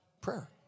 Prayer